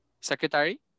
secretary